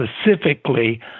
specifically